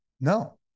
no